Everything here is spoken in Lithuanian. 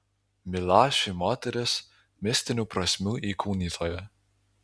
milašiui moteris mistinių prasmių įkūnytoja